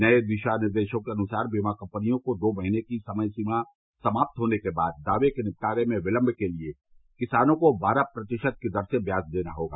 नये दिशा निर्देशों के अनुसार बीमा कंपनियों को दो महीने की समय सीमा समाप्त होने के बाद दाये के निपटान में विलंब के लिए किसानों को बारह प्रतिशत की दर से ब्याज देना होगा